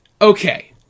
okay